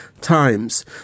times